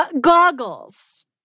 Goggles